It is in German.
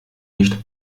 nicht